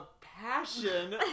passion